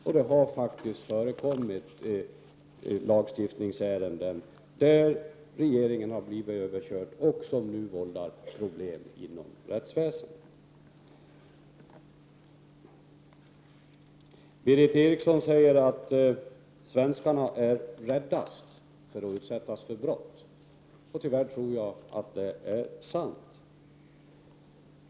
Och det har faktiskt förekommit lagstiftningsärenden där regeringen har blivit överkörd och som nu vållar problem inom rättsväsendet. Berith Eriksson säger att svenskarna är räddast för att utsättas för brott. Tyvärr tror jag att det är sant.